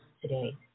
today